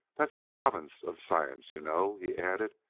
that's the province of science, you know, he added,